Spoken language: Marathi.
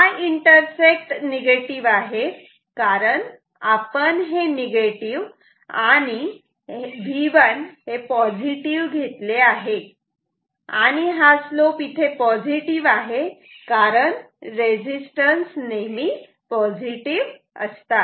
हा इंटरसेक्ट निगेटिव्ह आहे कारण आपण हे निगेटिव्ह आणि V1 पॉझिटिव्ह घेतले आहे आणि हा स्लोप इथे पॉझिटिव आहे कारण रेझिस्टन्स नेहमी पॉझिटिव्ह असतात